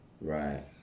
right